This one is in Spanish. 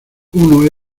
uno